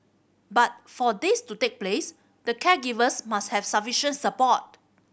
but for this to take place the caregivers must have sufficient support